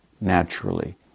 naturally